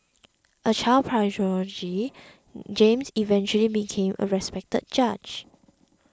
a child prodigy James eventually became a respected judge